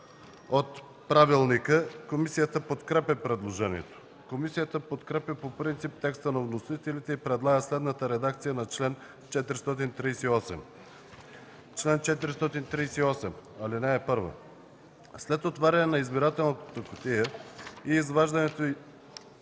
от ПОДНС. Комисията подкрепя предложението. Комисията подкрепя по принцип текста на вносителите и предлага следната редакция на чл. 438: „Чл. 438. (1) След отваряне на избирателната кутия и изваждането...”